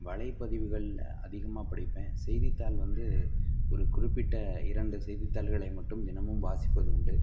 வலைப்பதிவுகளில் அதிகமாக படிப்பேன் செய்தித்தாள் வந்து ஒரு குறிப்பிட்ட இரண்டு செய்தித்தாள்களை மட்டும் தினமும் வாசிப்பது உண்டு